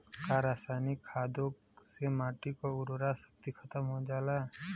का रसायनिक खादों से माटी क उर्वरा शक्ति खतम हो जाला?